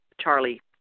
Charlie